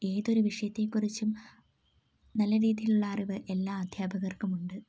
ഏതൊരു വിഷയത്തെക്കുറിച്ചും നല്ല രീതിയിലുള്ള അറിവ് എല്ലാ അധ്യാപകർക്കുമുണ്ട്